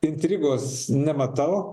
intrigos nematau